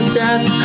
death